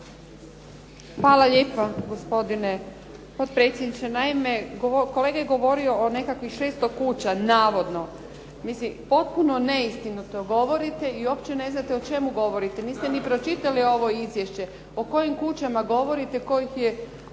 Hvala lijepo gospodine potpredsjedniče. Naime, kolega je govorio o nekakvih 600 kuća, navodno. Mislim, potpuno neistinito govorite i uopće ne znate o čemu govorite. Niste ni pročitali ovo izvješće. O kojim kućama govorite, tko ih je